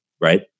right